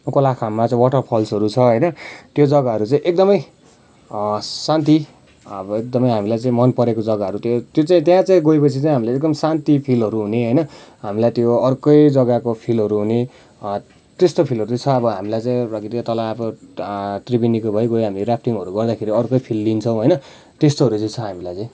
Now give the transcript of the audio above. कोलाखाममा चाहिँ वाटरफल्सहरू छ होइन त्यो जग्गाहरू चाहिँ एकदमै शान्ति अब एकदमै हामीलाई चाहिँ मन परेको जग्गाहरू त्यो त्यो चाहिँ त्यहाँ चाहिँ गएपछि चाहिँ हामलाई एकदम शान्ति फिलहरू हुने होइन हामीलाई त्यो अर्कै जग्गाको फिलहरू हुने त्यस्तो फिलहरू छ हामीलाई चाहिँ तल अब त्रिवेनीको भइगयो हामी राफ्टिङहरू गर्दाखेरि अर्कै फिल लिन्छौँ होइन त्यस्तोहरू चाहिँ छ हामीलाई चाहिँ